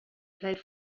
played